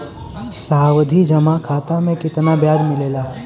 सावधि जमा खाता मे कितना ब्याज मिले ला?